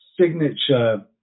signature